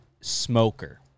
smoker